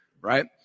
right